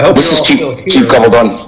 so this is chief chief gabaldon